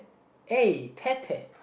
eh